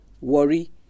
Worry